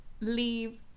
leave